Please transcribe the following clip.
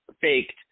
faked